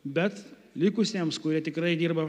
bet likusiems kurie tikrai dirba